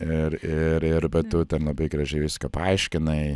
ir ir ir bet tu ten labai gražiai viską paaiškinai